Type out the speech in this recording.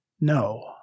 No